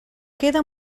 queda